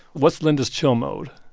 what's linda's chill mode?